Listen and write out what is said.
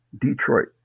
Detroit